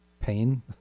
pain